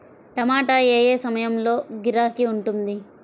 టమాటా ఏ ఏ సమయంలో గిరాకీ ఉంటుంది?